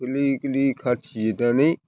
गोरलै गोरलै खाथि जिरनानै